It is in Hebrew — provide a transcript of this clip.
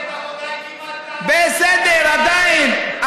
מפלגת העבודה, בסדר, עדיין.